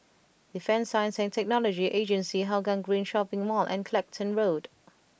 Defence Science and Technology Agency Hougang Green Shopping Mall and Clacton Road